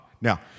Now